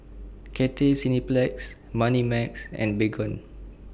Cathay Cineplex Moneymax and Baygon